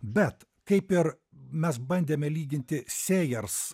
bet kaip ir mes bandėme lyginti sėjers